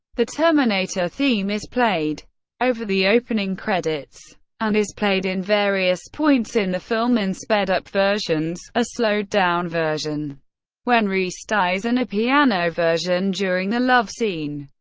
the terminator theme is played over the opening credits and is played in various points in the film in sped up versions a slowed down version when reese dies, and a piano version during the love scene.